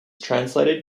translated